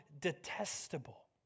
detestable